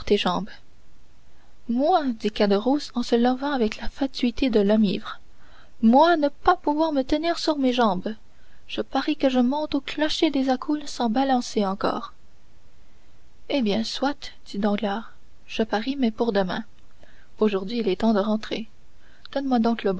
moi dit caderousse en se levant avec la fatuité de l'homme ivre moi ne pas pouvoir me tenir sur mes jambes je parie que je monte au clocher des accoules et sans balancer encore eh bien soit dit danglars je parie mais pour demain aujourd'hui il est temps de rentrer donne-moi donc